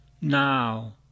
now